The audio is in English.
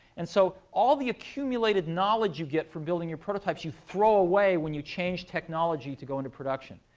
and so all the accumulated knowledge you get from building your prototypes, you throw away when you change technology to go into production.